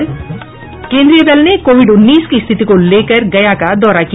और केन्द्रीय दल ने कोविड उन्नीस की स्थिति को लेकर गया का दौरा किया